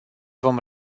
vom